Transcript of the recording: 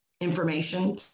information